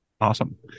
Awesome